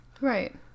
Right